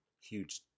huge